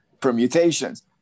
permutations